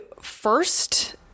first